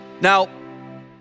Now